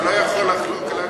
אתה לא יכול לחלוק עליו,